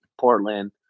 Portland